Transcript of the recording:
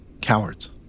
cowards